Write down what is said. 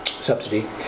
subsidy